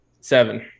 Seven